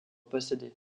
posséder